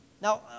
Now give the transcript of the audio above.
Now